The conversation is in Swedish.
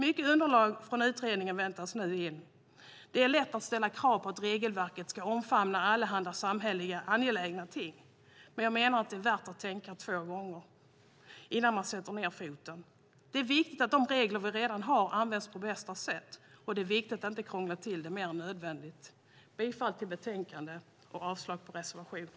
Mycket underlag från utredningen väntas in. Det är lätt att ställa krav på att regelverket ska omfamna allehanda samhälleliga angelägna ting, men jag menar att det är värt att tänka två gånger innan man sätter ned foten. Det är viktigt att de regler vi redan har används på bästa sätt, och det är viktigt att inte krångla till det mer än nödvändigt. Jag yrkar bifall till förslaget i betänkandet och avslag på reservationerna.